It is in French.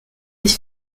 vif